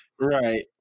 Right